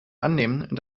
annehmen